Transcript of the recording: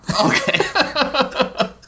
Okay